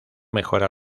mejora